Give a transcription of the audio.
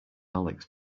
alex